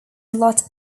lot